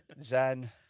Zen